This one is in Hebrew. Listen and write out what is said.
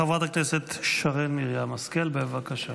חברת הכנסת שרן מרים השכל, בבקשה.